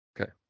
Okay